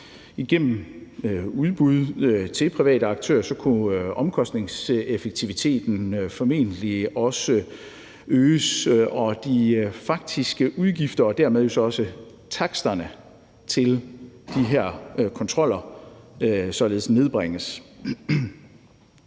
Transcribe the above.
Igennem udbud til private aktører kunne omkostningseffektiviteten formentlig også øges, og de faktiske udgifter og dermed jo så også